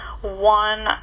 one